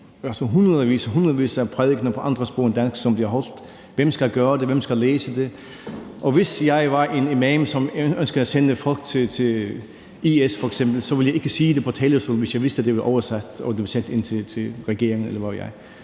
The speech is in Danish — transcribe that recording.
de hundredvis af prædikener på andre sprog end dansk, som bliver holdt. Hvem skal gøre det? Hvem skal læse dem? Hvis jeg var en imam, som ønskede at sende folk til IS f.eks., ville jeg ikke sige det på talerstolen, hvis jeg vidste, det blev oversat og sendt ind til regeringen,